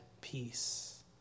peace